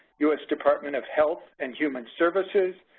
u s. department of health and human services,